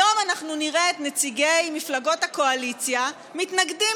היום אנחנו נראה את נציגי מפלגות הקואליציה מתנגדים,